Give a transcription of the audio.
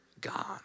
God